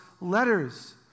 letters